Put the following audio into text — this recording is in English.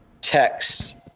text